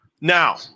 Now